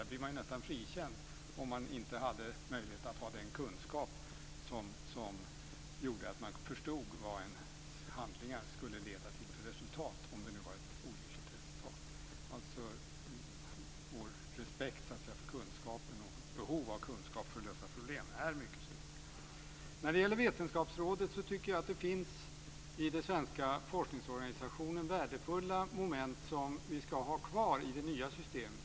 Där blir man nästan frikänd om man inte hade den kunskap som gjorde att man förstod vad ens handlingar skulle leda till för resultat, om det nu var ett olyckligt resultat. Det handlar alltså om vår respekt för kunskapen. Vårt behov av kunskap för att lösa problem är mycket stort. När det gäller vetenskapsrådet tycker jag att det finns värdefulla moment i den svenska forskningsorganisationen som vi ska ha kvar i det nya systemet.